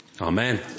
Amen